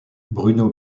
bruno